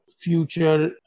future